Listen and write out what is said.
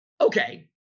okay